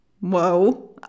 Whoa